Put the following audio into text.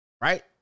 right